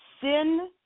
sin